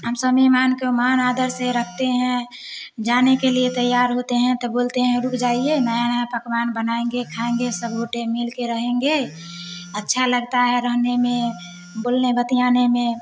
हम सब मेहमान को मान आदर से रखते हैं जाने के लिए तैयार होते हैं तो बोलते हैं रुक जाइए नया नया पकवान बनाएँगे खाएँगे सब ओटे मिल के रहेंगे अच्छा लगता है रहने में बोलने बतियाने में